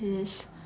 is